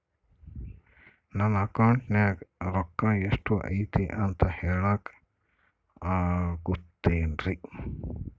ನನ್ನ ಅಕೌಂಟಿನ್ಯಾಗ ರೊಕ್ಕ ಎಷ್ಟು ಐತಿ ಅಂತ ಹೇಳಕ ಆಗುತ್ತೆನ್ರಿ?